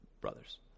brothers